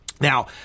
Now